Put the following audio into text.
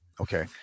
Okay